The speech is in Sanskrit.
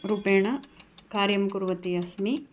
रूपेण कार्यं कुर्वती अस्मि